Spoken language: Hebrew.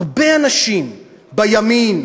הרבה אנשים בימין,